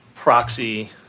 Proxy